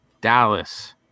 Dallas